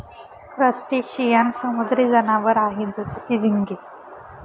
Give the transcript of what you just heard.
crustacean समुद्री जनावर आहे जसं की, झिंगे